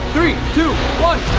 three, two, one,